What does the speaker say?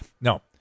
No